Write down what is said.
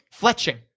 fletching